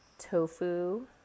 tofu